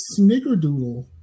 Snickerdoodle